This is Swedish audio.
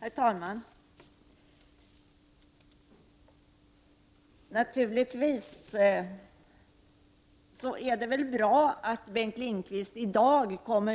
Herr talman! Naturligtvis är det bra att Bengt Lindqvist i dag kan